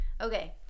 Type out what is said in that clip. Okay